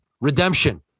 redemption